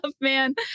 man